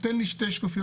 תן לי שתי שקופיות